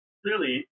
clearly